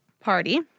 party